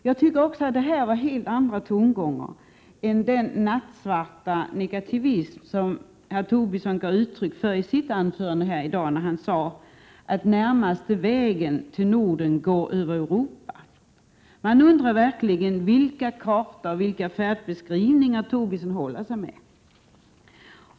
Jag tycker också att det var helt andra tongångar än den nattsvarta negativism som herr Tobisson gav uttryck för i sitt anförande här i dag när han sade att närmaste vägen till Norden går över Europa. Man undrar verkligen vilka kartor och färdbeskrivningar Lars Tobisson håller sig med.